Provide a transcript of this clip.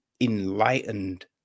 enlightened